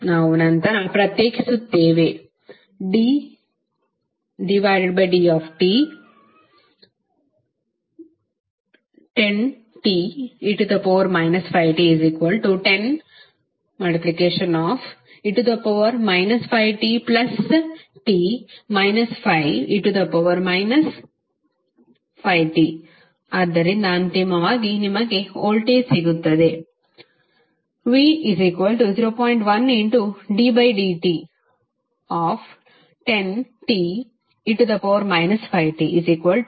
ನಾವು ನಂತರ ಪ್ರತ್ಯೇಕಿಸುತ್ತೇವೆ ddt10te 5t10e 5tte 5t ಆದ್ದರಿಂದ ಅಂತಿಮವಾಗಿ ನಿಮಗೆ ವೋಲ್ಟೇಜ್ ಸಿಗುತ್ತದೆ v0